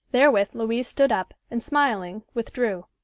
therewith louise stood up and, smiling, withdrew.